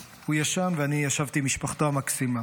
הוא ישן, ואני ישבתי עם משפחתו המקסימה.